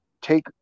take